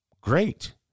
Great